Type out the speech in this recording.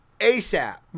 ASAP